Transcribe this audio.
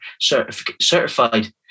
certified